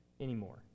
anymore